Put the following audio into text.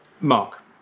Mark